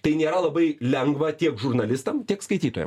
tai nėra labai lengva tiek žurnalistam tiek skaitytojam